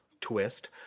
twist